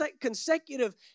consecutive